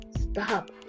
Stop